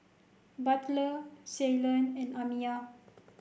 Butler Ceylon and Amiya